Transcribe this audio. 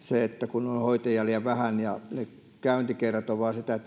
kun hoitajia on liian vähän ja ne käyntikerrat ovat vain sitä että jaetaan lääkkeitä